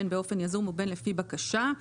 בין באופן יזום ובין לפי בקשה,